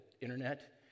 internet